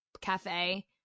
cafe